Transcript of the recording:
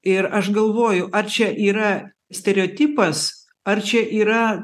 ir aš galvoju ar čia yra stereotipas ar čia yra